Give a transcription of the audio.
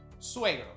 Suegro